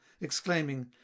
exclaiming